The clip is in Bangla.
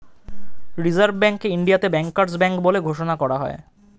রিসার্ভ ব্যাঙ্ককে ইন্ডিয়াতে ব্যাংকার্স ব্যাঙ্ক বলে ঘোষণা করা হয়